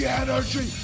energy